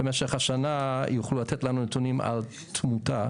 במשך השנה יוכלו לתת לנו נתונים על תמותה.